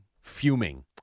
fuming